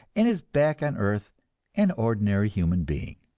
and is back on earth an ordinary human being.